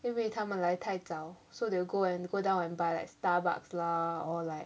因为他们来太早 so they will go and go down and buy like starbucks lah or like